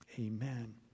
Amen